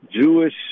Jewish